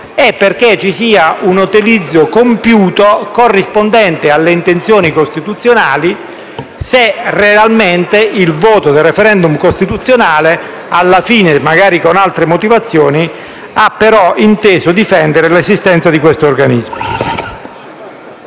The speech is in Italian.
che ci sia un utilizzo compiuto, corrispondente alle intenzioni costituzionali, se il voto del *referendum* costituzionale, alla fine, magari con altre motivazioni, ha però inteso difendere realmente l'esistenza di quest'organismo.